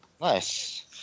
Nice